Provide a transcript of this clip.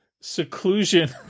seclusion